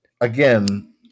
again